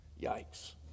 Yikes